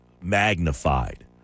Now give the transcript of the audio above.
magnified